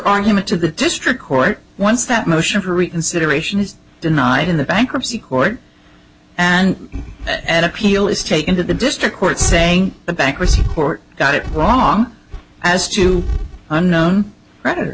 argument to the district court once that motion for reconsideration is denied in the bankruptcy court and an appeal is taken that the district court saying the bankruptcy court got it wrong as to unknown writer